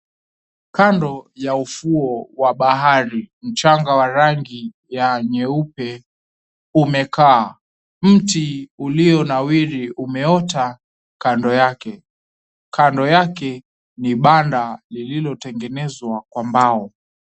Kando ya ufuo wa bahari, mchanga wa rangi ya nyeupe, umekaa. Mti ulio nawiri umeota kando yake. Kando yake ni banda lililotengenezwa kwa mbao.